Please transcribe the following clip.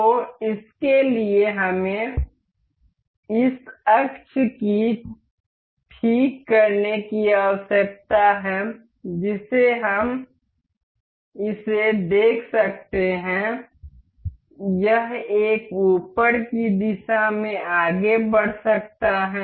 तो इसके लिए हमें इस अक्ष को ठीक करने की आवश्यकता है जिसे हम इसे देख सकते हैं यह एक ऊपर की दिशा में आगे बढ़ सकता है